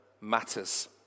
matters